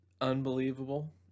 unbelievable